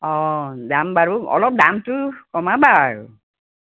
অঁ যাম বাৰু অলপ দামটো কমাবা আৰু